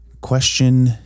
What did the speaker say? question